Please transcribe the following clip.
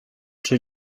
czy